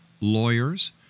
lawyers